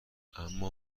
اما